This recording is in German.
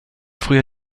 früher